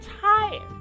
tired